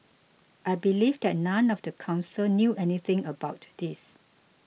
I believe that none of the council knew anything about this